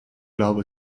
glaube